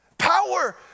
Power